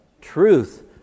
truth